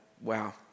wow